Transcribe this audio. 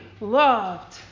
loved